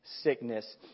sickness